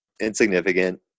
insignificant